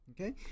Okay